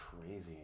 crazy